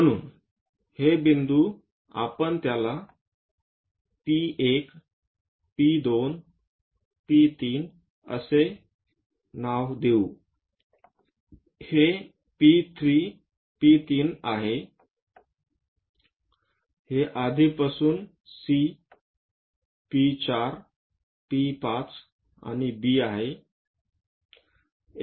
म्हणून हे बिंदू आपण त्याला P 1 P 2 P 3 असे नाव देऊ हे P 3 आहे हे आधीपासून C P4 P5 आणि B आहे